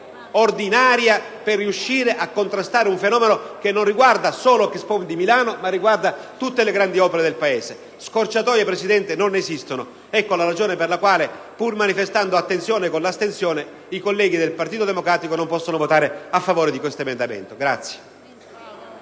ordinaria per contrastare un fenomeno che non riguarda solo l'Expo di Milano, ma tutte le grandi opere del Paese. Scorciatoie, Presidente, non esistono. Ecco la ragione per la quale, pur manifestando attenzione con l'astensione, i colleghi del Partito Democratico non possono votare a favore dell'emendamento in